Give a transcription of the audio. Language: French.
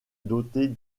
dotée